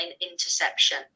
Interception